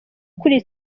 ukuriye